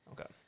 Okay